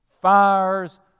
fires